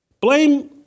Blame